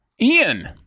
Ian